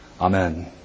Amen